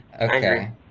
Okay